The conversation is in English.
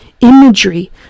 imagery